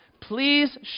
please